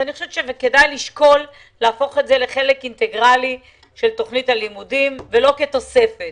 כדאי לשקול להפוך את זה לחלק אינטגרלי של תכנית הלימודים ולא כתוספת.